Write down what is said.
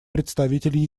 представитель